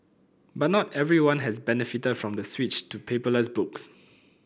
but not everyone has benefited from the switch to paperless books